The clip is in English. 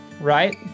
right